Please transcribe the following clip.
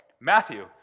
Matthew